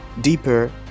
deeper